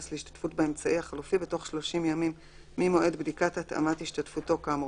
להשתתפות באמצעי החלופי בתוך 30 ימים ממועד בדיקת התאמת השתתפותו כאמור